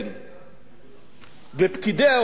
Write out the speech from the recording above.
בפקידי האוצר, בעובדי האוצר המסורים,